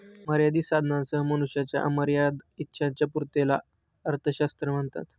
मर्यादित साधनांसह मनुष्याच्या अमर्याद इच्छांच्या पूर्ततेला अर्थशास्त्र म्हणतात